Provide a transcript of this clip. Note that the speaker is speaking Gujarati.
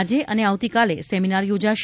આજે અને આવતીકાલે સેમિનાર યોજાશે